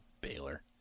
Baylor